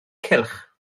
cylch